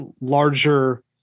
larger